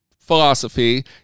philosophy